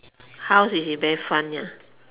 house which is very fun ya